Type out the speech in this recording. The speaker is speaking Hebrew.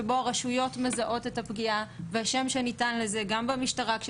וגם כשמגיעים לבית המשפט ומנסים לתאר את התופעה,